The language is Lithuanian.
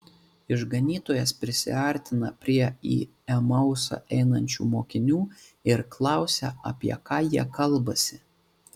išganytojas prisiartina prie į emausą einančių mokinių ir klausia apie ką jie kalbasi